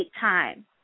time